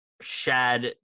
Shad